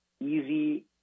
easy